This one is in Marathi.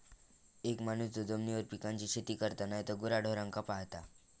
एक माणूस जो जमिनीवर पिकांची शेती करता नायतर गुराढोरांका पाळता